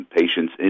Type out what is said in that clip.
patients